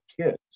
kids